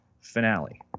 finale